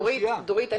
דורית.